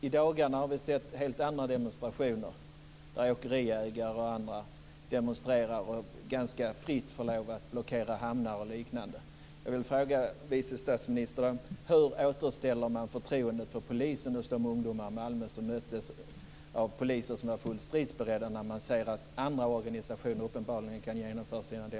I dagarna har vi sett helt andra demonstrationer, där åkeriägare och andra demonstrerar och ganska fritt får lov att blockera hamnar och liknande.